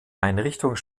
einrichtung